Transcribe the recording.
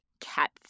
cat